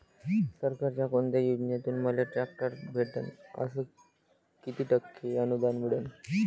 सरकारच्या कोनत्या योजनेतून मले ट्रॅक्टर भेटन अस किती टक्के अनुदान मिळन?